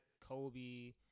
Kobe